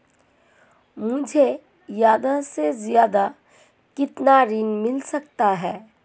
मुझे ज्यादा से ज्यादा कितना ऋण मिल सकता है?